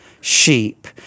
sheep